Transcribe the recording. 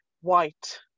white